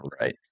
Right